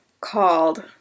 called